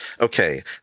Okay